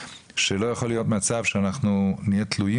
שלא יכול להיות מצב שאנחנו נהיה תלויים